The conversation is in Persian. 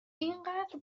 اینقدر